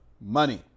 money